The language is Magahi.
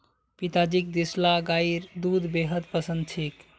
पिताजीक देसला गाइर दूध बेहद पसंद छेक